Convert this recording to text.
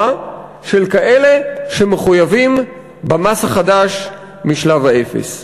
של כאלה שמחויבים במס החדש משלב האפס.